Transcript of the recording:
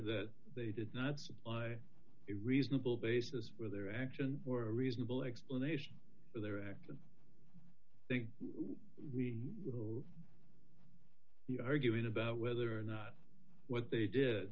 that they did not supply a reasonable basis for their action or a reasonable explanation for their act and i think we will be arguing about whether or not what they did